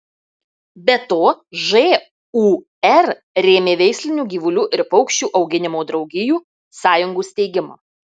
be to žūr rėmė veislinių gyvulių ir paukščių auginimo draugijų sąjungų steigimą